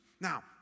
Now